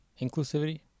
Inclusivity